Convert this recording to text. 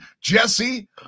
Jesse